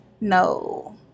no